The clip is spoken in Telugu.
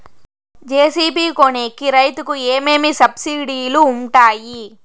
జె.సి.బి కొనేకి రైతుకు ఏమేమి సబ్సిడి లు వుంటాయి?